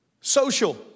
Social